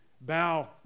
bow